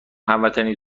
هموطنی